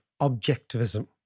objectivism